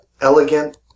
Elegant